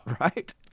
Right